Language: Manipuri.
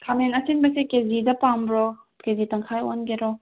ꯈꯥꯃꯦꯟ ꯑꯁꯤꯟꯕꯁꯦ ꯀꯦꯖꯤꯗ ꯄꯥꯝꯕ꯭ꯔꯣ ꯀꯦꯖꯤ ꯇꯪꯈꯥꯏ ꯑꯣꯟꯒꯦꯔꯣ